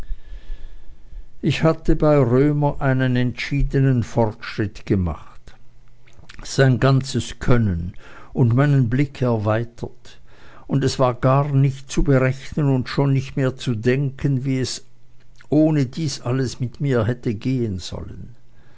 ich hatte bei römer einen entschiedenen fortschritt gemacht mein ganzes können und meinen blick erweitert und es war gar nicht zu berechnen und schon nicht mehr zu denken wie es ohne dies alles mit mir hätte gehen sollen